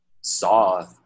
saw